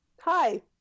Hi